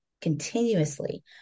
continuously